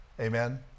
Amen